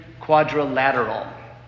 quadrilateral